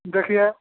देखिए